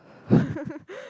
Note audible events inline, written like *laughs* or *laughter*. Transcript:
*laughs*